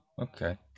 okay